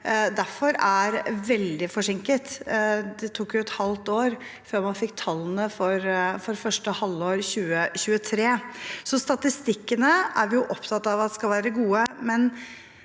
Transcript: derfor er veldig forsinket. Det tok et halvt år før man fikk tallene for første halvår 2023. Statistikkene er vi opptatt av at skal være gode,